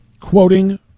Quoting